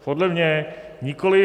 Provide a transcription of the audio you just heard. Podle mě nikoliv.